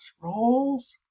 roles